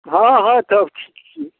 हँ हँ सब ठीक छियै